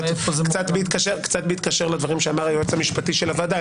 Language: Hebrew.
זה קצת בהתקשר לדברים שאמר היועץ המשפטי של הוועדה,